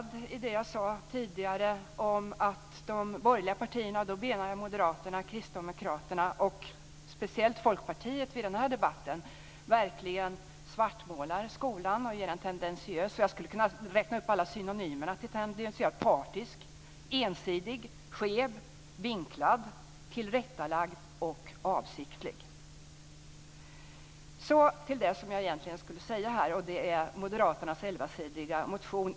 Det jag tidigare sade om att de borgerliga partierna - då menar jag Moderaterna, Kristdemokraterna och speciellt Folkpartiet i den här debatten - verkligen svartmålar skolan och ger en tendentiös beskrivning har också besannats. Jag skulle kunna läsa upp alla synonymer till tendentiös: partisk, ensidig, skev, vinklad, tillrättalagd och avsiktlig. Till det jag egentligen skulle säga. Det gäller moderaternas elvasidiga motion.